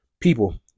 people